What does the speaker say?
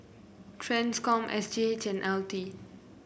Transcom S G H and L T